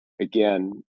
again